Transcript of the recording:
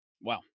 Wow